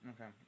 Okay